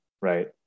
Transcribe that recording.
right